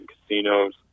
casinos